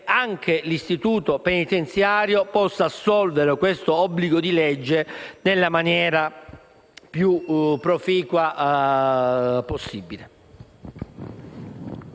anche l'istituto penitenziario possa assolvere questo obbligo di legge nella maniera più proficua possibile.